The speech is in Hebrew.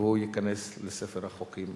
והוא ייכנס לספר החוקים.